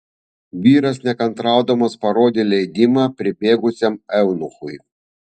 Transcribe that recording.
vyras nekantraudamas parodė leidimą pribėgusiam eunuchui